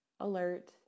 alert